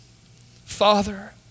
Father